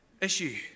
issue